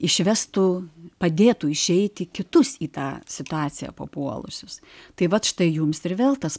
išvestų padėtų išeiti kitus į tą situaciją papuolusius tai vat štai jums ir vėl tas